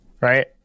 right